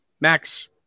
Max